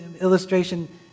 illustration